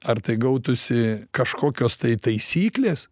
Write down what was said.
ar tai gautųsi kažkokios tai taisyklės